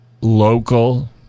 local